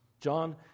John